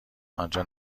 آنجا